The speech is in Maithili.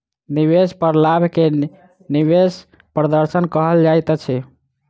निवेश पर लाभ के निवेश प्रदर्शन कहल जाइत अछि